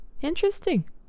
Interesting